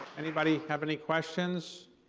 anybody have any questions?